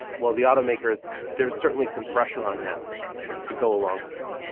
while the automakers there's certainly some pressure on them to to go along with it.